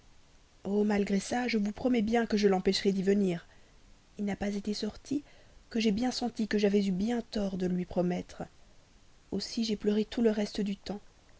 malgré ça je vous promets bien que je l'empêcherai d'y venir il n'a pas été sorti que j'ai bien senti que j'avais eu bien tort de lui promettre aussi j'ai pleuré tout le reste du temps